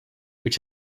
which